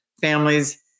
families